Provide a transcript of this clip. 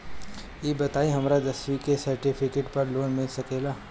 ई बताई हमरा दसवीं के सेर्टफिकेट पर लोन मिल सकेला?